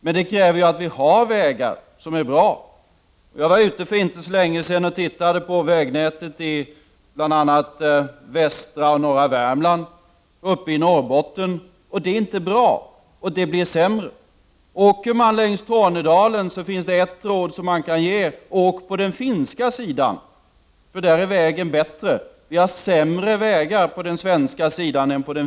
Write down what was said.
Men det kräver ju att vi har vägar som är bra. För inte så länge sedan var jag ute och tittade på vägnätet i bl.a. västra och norra Värmland och uppe i Norrbotten. Det är inte bra, och det blir allt sämre. Skall man åka längs Tornedalen, finns det ett råd: Åk på den finska sidan, för där är vägen bättre! Vi har sämre vägar på den svenska sidan.